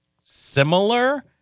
similar